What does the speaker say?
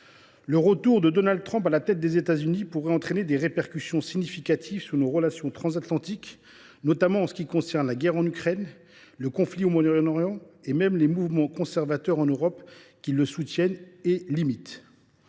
Le retour de Donald Trump à la tête des États Unis pourrait avoir des répercussions significatives sur nos relations transatlantiques, notamment en ce qui concerne la guerre en Ukraine et le conflit au Moyen Orient, mais aussi sur les mouvements conservateurs en Europe qui le soutiennent et l’imitent.